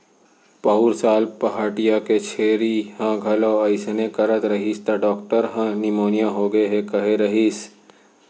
पउर साल पहाटिया के छेरी ह घलौ अइसने करत रहिस त डॉक्टर ह निमोनिया होगे हे कहे रहिस